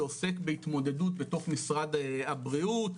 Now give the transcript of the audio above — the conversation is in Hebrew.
שעוסק בהתמודדות בתוך משרד הבריאות.